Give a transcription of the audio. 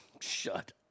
Shut